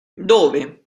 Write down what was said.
dove